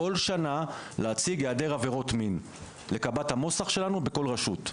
להציג כל שנה העדר עבירות מין לקב"ט המוס"ח שלנו בכל רשות.